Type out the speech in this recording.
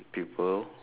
people